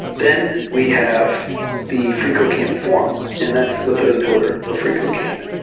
then we have the freecodecamp forum, and that's the third pillar of freecodecamp.